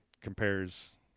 compares